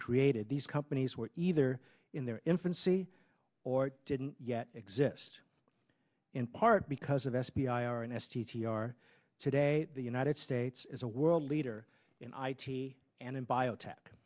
created these companies were either in their infancy or didn't yet exist in part because of f b i or n s t t r today the united states is a world leader in i t and in biotech